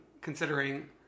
considering